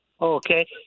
Okay